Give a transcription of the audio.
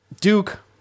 Duke